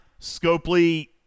scopely